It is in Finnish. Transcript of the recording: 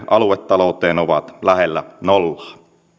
aluetalouteen ovat lähellä nollaa